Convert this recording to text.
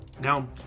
Now